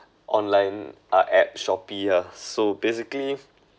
online uh app Shopee yeah so basically